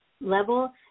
level